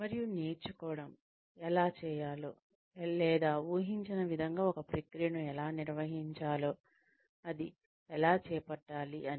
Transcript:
మరియు నేర్చుకోవడం ఎలా చేయాలో లేదా ఊహించిన విధంగా ఒక ప్రక్రియను ఎలా నిర్వహించాలో అది ఎలా చేపట్టాలి అని